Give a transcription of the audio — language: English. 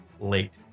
late